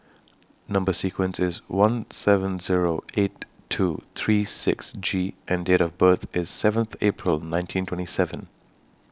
Number sequence IS one seven Zero eight two three six G and Date of birth IS seventh April nineteen twenty seven